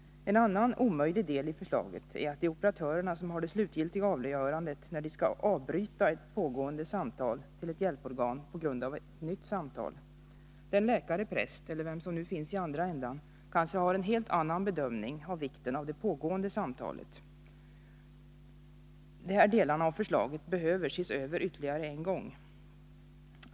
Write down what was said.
En annan omöjlig del i förslaget är att det är operatörerna som har det slutliga avgörandet huruvida de på grund av ett nytt samtal skall avbryta ett pågående samtal till ett hjälporgan. Den läkare, präst eller vem som nu finns i andra änden, kanske har en helt annan bedömning av vikten av det pågående samtalet. Dessa delar av förslaget behöver ses över ytterligare en gång.